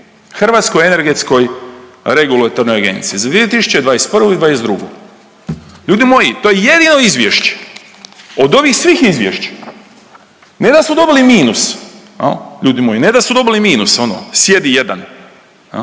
Hrvatskoj energetskoj regulatornoj agenciji za 2021. i '22. Ljudi moji to je jedino izvješće od ovih svih izvješća, ne da su dobili minus, ljudi moji ne da su dobili minus, ono sjedi jedan